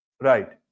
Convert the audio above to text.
Right